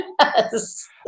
Yes